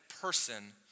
person